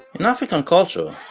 in african culture,